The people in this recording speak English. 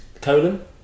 colon